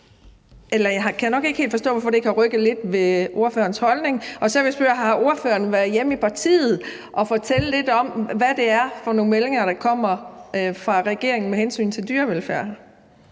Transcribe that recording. Jeg kan nok ikke helt forstå, hvorfor det ikke har rykket lidt ved ordførerens holdning. Så vil jeg spørge: Har ordføreren været hjemme i partiet og fortælle lidt om, hvad det er for nogle meldinger, der kommer fra regeringen med hensyn til dyrevelfærd?